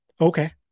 Okay